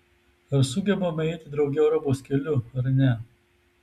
ar sugebame eiti drauge europos keliu ar ne